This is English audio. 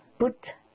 Put